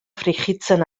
frijitzen